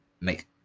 make